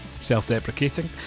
self-deprecating